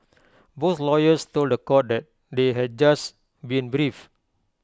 both lawyers told The Court that they had just been briefed